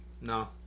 no